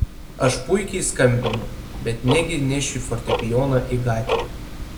aš puikiai skambinu bet negi nešiu fortepijoną į gatvę